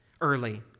early